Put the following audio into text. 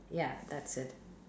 ya that's it